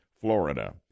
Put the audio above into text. Florida